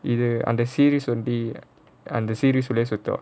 and the series will be and the series will talk